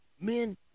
Men